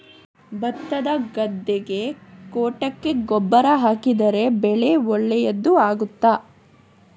ಭತ್ತದ ಗದ್ದೆಗೆ ಕೊಟ್ಟಿಗೆ ಗೊಬ್ಬರ ಹಾಕಿದರೆ ಬೆಳೆ ಒಳ್ಳೆಯದು ಆಗುತ್ತದಾ?